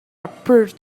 appeared